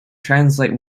translate